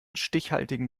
stichhaltigen